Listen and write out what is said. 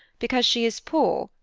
because she is poor,